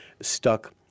stuck